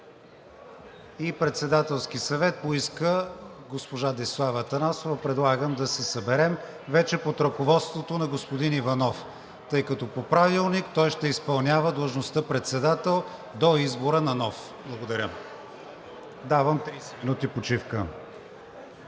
Председателски съвет. Предлагам да се съберем вече под ръководството на господин Иванов, тъй като по Правилник той ще изпълнява длъжността „Председател“ до избора на нов. Благодаря. Давам 30 минути почивка.